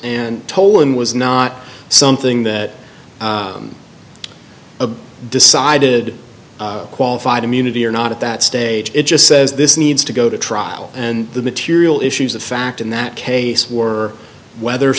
and tolan was not something that decided qualified immunity or not at that stage it just says this needs to go to trial and the material issues the fact in that case were whether